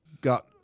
got